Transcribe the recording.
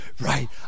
Right